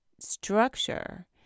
structure